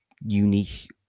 unique